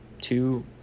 two